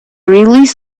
release